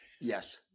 Yes